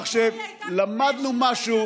כך שלמדנו משהו,